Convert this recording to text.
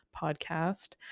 Podcast